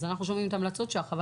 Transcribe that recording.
אז אנחנו שומעים את ההמלצות שלך,